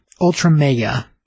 Ultramega